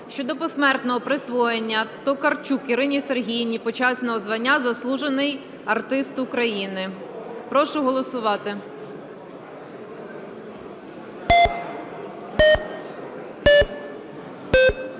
щодо посмертного присвоєння Токарчук Ірині Сергіївні почесного звання "Заслужений артист України". Прошу голосувати.